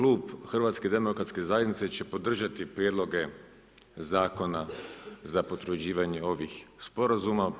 Klub HDZ-a će podržati prijedloge zakona za potvrđivanje ovih sporazuma.